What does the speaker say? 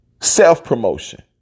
Self-promotion